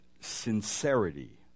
sincerity